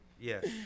Yes